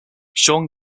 shawn